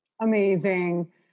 amazing